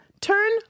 turn